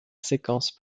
séquence